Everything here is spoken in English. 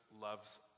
loves